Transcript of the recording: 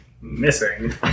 missing